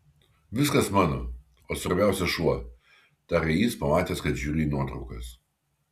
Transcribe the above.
viskas mano o svarbiausia šuo tarė jis pamatęs kad žiūriu į nuotraukas